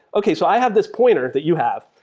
okay. so i have this pointer that you have,